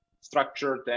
structured